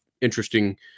interesting